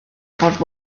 ffordd